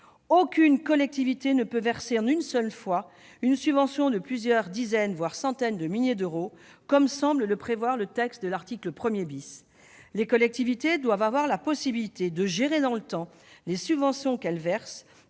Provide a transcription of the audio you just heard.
Aucune collectivité ne peut verser en une seule fois une subvention de plusieurs dizaines, voire centaines, de milliers d'euros, comme semble le prévoir le texte de l'article 1 . Les collectivités doivent avoir la possibilité de gérer dans le temps les subventions qu'elles versent,